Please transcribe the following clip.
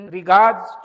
regards